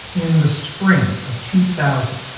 in the spring of two thousand,